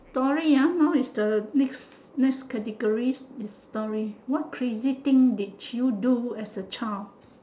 story ah now is the next next categories is story what crazy thing did you do as a child